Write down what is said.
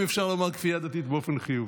אם אפשר לומר כפייה דתית באופן חיובי.